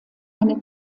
eine